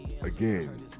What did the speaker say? again